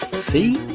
see?